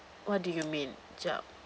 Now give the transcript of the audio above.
what do you mean